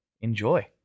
enjoy